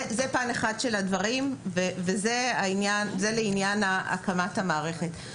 זה פן אחד של הדברים וזה לעניין הקמת המערכת.